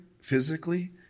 physically